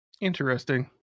Interesting